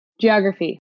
geography